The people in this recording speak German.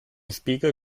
spiegel